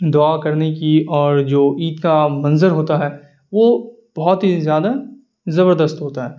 دعا کرنے کی اور جو عید کا منظر ہوتا ہے وہ بہت ہی زیادہ زبردست ہوتا ہے